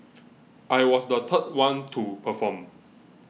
I was the third one to perform